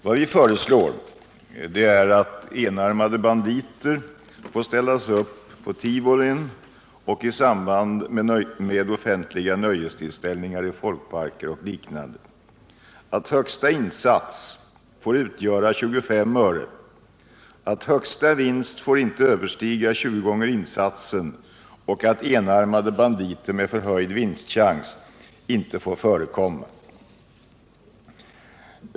Vad vi föreslår är att enarmade banditer får ställas upp på tivolin och i samband med offentliga nöjestillställningar i folkparker och i liknande sammanhang, att högsta insats får utgöra 25 öre, att högsta vinst inte får överstiga 20 gånger insatsen och att enarmade banditer med förhöjd vinstchans inte får förekomma.